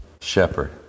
shepherd